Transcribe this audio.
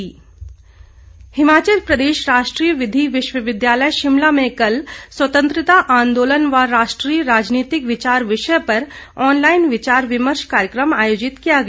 राज्यपाल हिमाचल प्रदेश राष्ट्रीय विधि विश्वविद्यालय शिमला में कल स्वतंत्रता आंदोलन व राष्ट्रीय राजनीतिक विचार विषय पर ऑनलाईन विचार विमर्श कार्यक्रम आयोजित किया गया